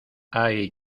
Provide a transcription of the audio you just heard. hay